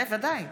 (קוראת בשמות חברי הכנסת)